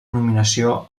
nominació